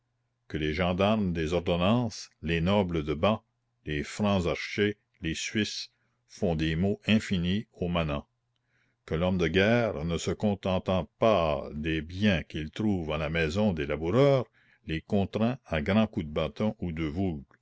que les gendarmes des ordonnances les nobles de ban les francs archers les suisses font des maux infinis aux manants que l'homme de guerre ne se contentant pas des biens qu'il trouve en la maison des laboureurs les contraint à grands coups de bâton ou de voulge